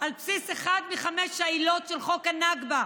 על בסיס אחת מחמש העילות של חוק הנכבה,